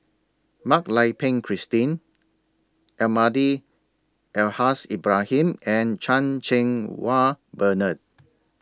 Mak Lai Peng Christine Almahdi Al Haj Ibrahim and Chan Cheng Wah Bernard